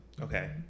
Okay